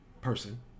person